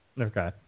Okay